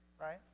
Right